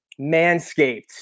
Manscaped